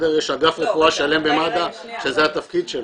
יש אגף רפואה שלם במד"א שזה התפקיד שלו.